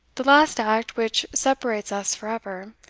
the last act which separates us for ever,